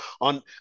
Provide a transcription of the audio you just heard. on